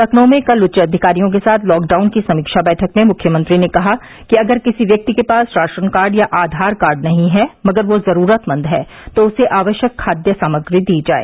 लखनऊ में कल उच्चाधिकारियों के साथ लॉकडाउन की समीक्षा बैठक में मुख्यमंत्री ने कहा कि अगर किसी व्यक्ति के पास राशन कार्ड या आधार कार्ड नहीं है मगर वह जरूरतमंद है तो उसे आवश्यक खाद्य सामग्री दी जाए